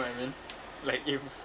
what I mean like if